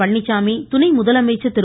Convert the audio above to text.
பழனிச்சாமி துணை முதலமைச்சர் திரு